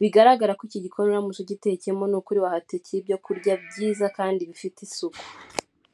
Bigaragara ko iki gikoni uramutse ugiteyemo, ni ukuri wahatekera ibyo kurya byiza kandi bifite isuku.